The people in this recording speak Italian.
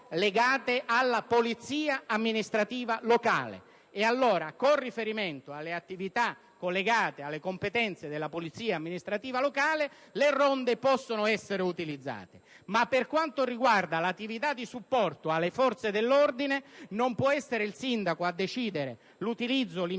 legate alla polizia amministrativa locale. Con riferimento alle attività collegate alle competenze della polizia amministrativa locale, le ronde possono essere pertanto utilizzate; per quanto riguarda, però, l'attività di supporto alle forze dell'ordine, non può essere il sindaco a deciderne l'utilizzo, l'impiego